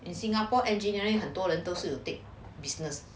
in singapore engineering 很多人都是 will take business